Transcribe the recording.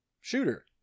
Shooter